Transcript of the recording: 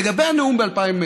לגבי הנאום ב-2015,